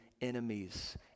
enemies